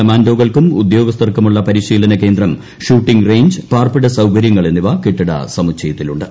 കമാൻഡോകൾക്കും ഉദ്യോഗസ്ഥർക്കുമുള്ള പരിശീലന കേന്ദ്രം ഷൂട്ടിങ്ങ് റേഞ്ച് പാർപ്പിട സൌകര്യങ്ങൾ എന്നിവ കെട്ടിട സമുച്ചയത്തിലുണ്ട്